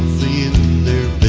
the in the